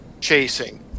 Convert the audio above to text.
chasing